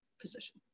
position